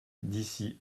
d’ici